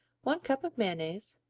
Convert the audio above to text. one cup of mayonnaise,